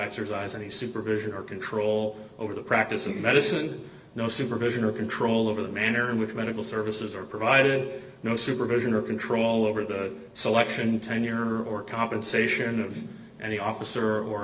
exercise any supervision or control over the practice of medicine no supervision or control over the manner in which medical services are provided no supervision or control all over the selection tenure or compensation of any officer or